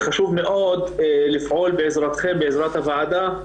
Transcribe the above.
וחשוב מאוד לפעול בעזרתכם, בעזרת הוועדה,